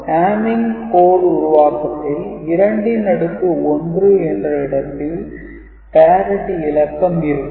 "Hamming code" உருவாக்கத்தில் 2 ன் அடுக்கு 1 என்ற இடத்தில் parity இலக்கம் இருக்கும்